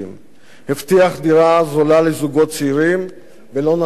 הבטיח דירה זולה לזוגות צעירים ולא נתן להם דבר.